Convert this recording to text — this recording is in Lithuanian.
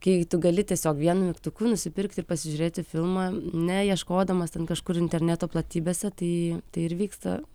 kai tu gali tiesiog vienu mygtuku nusipirkti ir pasižiūrėti filmą ne ieškodamas ten kažkur interneto platybėse tai tai ir vyksta